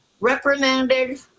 reprimanded